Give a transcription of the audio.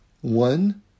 One